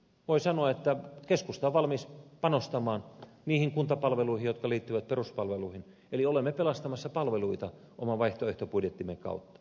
voi sanoa että keskusta on valmis panostamaan niihin kuntapalveluihin jotka liittyvät peruspalveluihin eli olemme pelastamassa palveluita oman vaihtoehtobudjettimme kautta